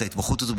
את ההתמחות הזו,